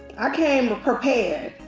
i came but prepared.